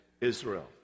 Israel